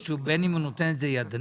או בין אם הוא נותן את זה ידני?